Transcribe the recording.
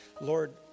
Lord